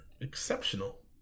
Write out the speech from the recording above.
Exceptional